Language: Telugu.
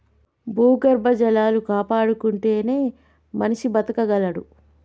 భూగర్భ జలాలు కాపాడుకుంటేనే మనిషి బతకగలడు